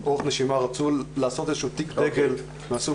היה אורך נשימה ורצו לעשות איזשהו תיק דגל מהסוג